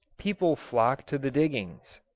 people flocked to the diggings.